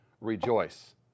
rejoice